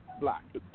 black